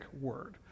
word